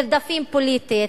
נרדפים פוליטית,